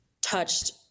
touched